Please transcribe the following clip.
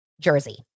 Jersey